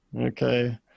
Okay